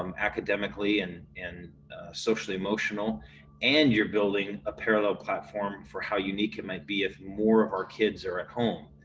um academically and and socially emotional and you're building a parallel platform for how unique it might be if more of our kids are at home.